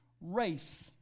race